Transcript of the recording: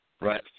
right